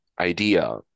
idea